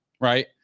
right